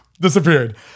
Disappeared